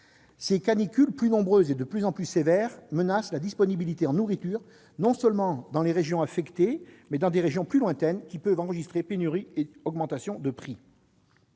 Ces canicules plus nombreuses et de plus en plus sévères menacent « la disponibilité en nourriture non seulement dans les régions affectées mais dans des régions plus lointaines qui peuvent enregistrer pénuries et augmentations des prix